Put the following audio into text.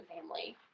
family